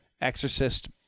Exorcist